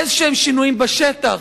איזה שינויים בשטח,